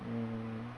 mm